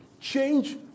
change